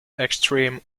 extreme